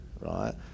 right